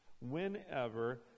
whenever